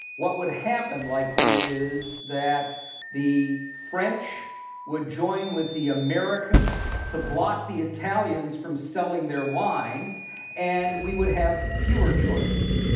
what would happen likely is that the french would join with the americans to block the italians from selling their wine and we would have fewer choices.